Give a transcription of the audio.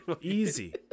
easy